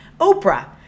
Oprah